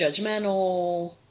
judgmental